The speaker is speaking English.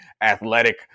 athletic